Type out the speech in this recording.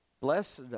blessed